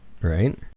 Right